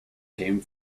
came